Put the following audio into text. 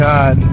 God